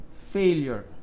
failure